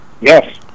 Yes